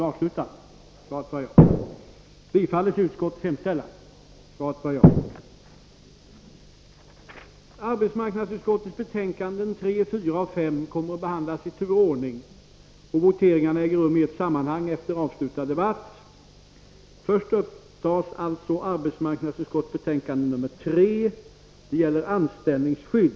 Arbetsmarknadsutskottets betänkanden 3, 4 och 5 kommer att behandlas i tur och ordning, och voteringarna äger rum i ett sammanhang efter avslutad debatt. Först upptas alltså arbetsmarknadsutskottets betänkande 3 om anställningsskydd.